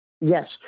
Yes